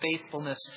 faithfulness